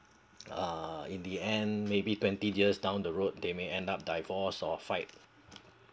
in the end maybe twenty years down the road they may end up divorced or fight